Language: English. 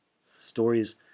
stories